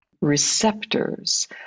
receptors